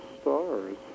stars